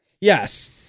Yes